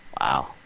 Wow